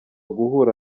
guhura